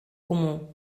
comú